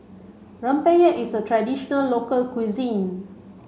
Rempeyek is a traditional local cuisine